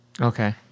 Okay